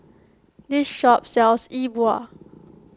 this shop sells E Bua